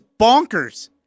bonkers